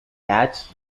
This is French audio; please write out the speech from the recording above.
cartes